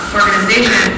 organization